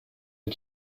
den